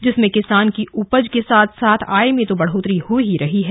जिसमें किसान की उपज के साथ साथ आय में तो बढ़ोतरी हो ही रही है